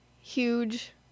huge